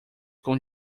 com